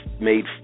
made